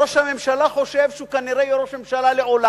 ראש הממשלה חושב שהוא כנראה יהיה ראש ממשלה לעולם,